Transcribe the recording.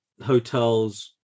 hotels